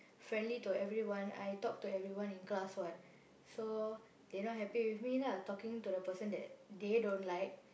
friendly to everyone I talk to everyone in class [what] so they not happy with me lah talking to the person that they don't like